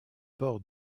port